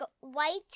white